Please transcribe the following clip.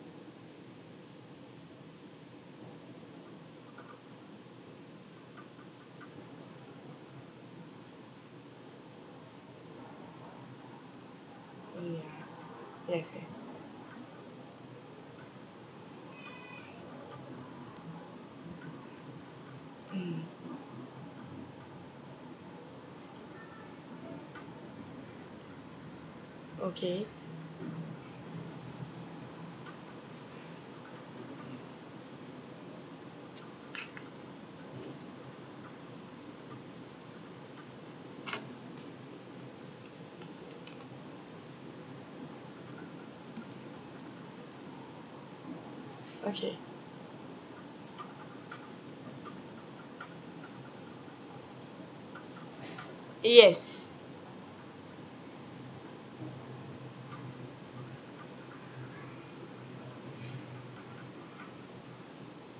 mm yeah yes right mm okay okay uh yes